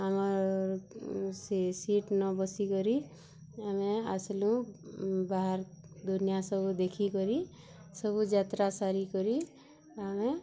ଆମର ସେ ସିଟ୍ ନ ବସି କରି ଆମେ ଆସିଲୁ ବାହାର ଦୁନିଆ ସବୁ ଦେଖି କରି ସବୁ ଯାତ୍ରା ସାରି କରି ଆମେ